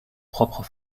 propres